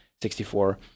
64